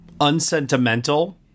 unsentimental